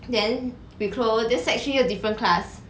then we close then we sec three 又 different class